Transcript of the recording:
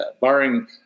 barring